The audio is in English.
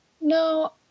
No